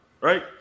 right